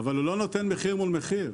אבל הוא לא נותן מחיר מול מחיר.